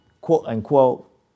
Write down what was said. quote-unquote